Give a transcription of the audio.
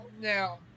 Now